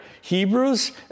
Hebrews